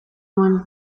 nuen